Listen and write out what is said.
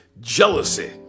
jealousy